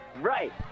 Right